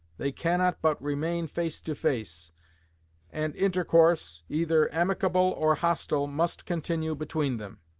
they cannot but remain face to face and intercourse, either amicable or hostile, must continue between them.